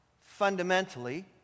fundamentally